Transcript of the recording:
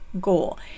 goal